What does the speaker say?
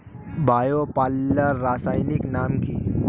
Bio পাল্লার রাসায়নিক নাম কি?